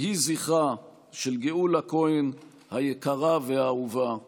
יהי זכרה של גאולה כהן היקרה והאהובה ברוך.